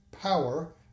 power